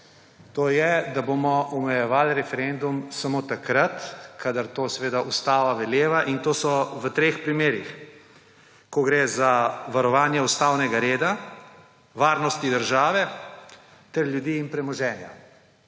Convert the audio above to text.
to je, da bomo omejevali referendum samo takrat, kadar to veleva ustava. To je v treh primerih: ko gre za varovanje ustavnega reda, varnosti države ter ljudi in premoženja.